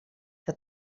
que